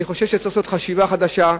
אני חושב שצריך חשיבה חדשה,